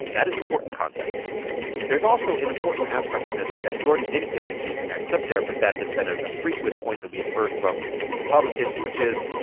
that is important context there's also an important aspect aspect to this that jordan didn't get into in that clip there but that has been a frequent point that we have heard from republicans, which is,